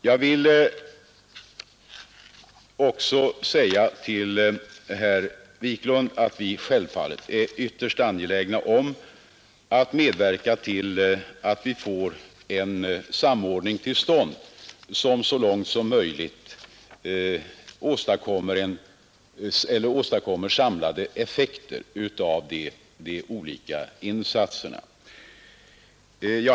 Jag vill också säga till herr Wiklund att vi självfallet är ytterst angelägna om att medverka till att vi får en samordning till stånd, som så långt möjligt åstadkommer samlade effekter av de olika insatserna.